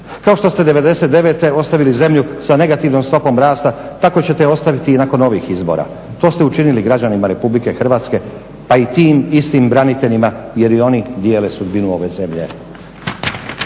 kao što ste '99. ostavili zemlju sa negativnom stopom rasta, tako ćete je ostaviti i nakon ovih izbora. To ste učinili građanima Republike Hrvatske pa i tim istim braniteljima jer i oni dijele sudbinu ove zemlje.